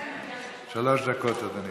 שלוש דקות, אדוני,